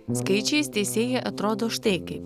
skaičiais teisėjai atrodo štai kaip